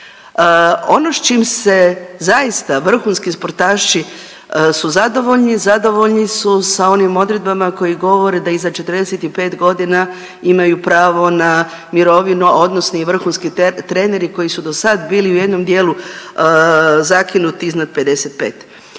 Ono s čim se zaista vrhunski sportaši su zadovoljni, zadovoljni su sa onim odredbama koje govore da iza 45 godina imaju pravo na mirovinu odnosno i vrhunski treneri koji su dosad bili u jednom dijelu zakinuti iznad 55.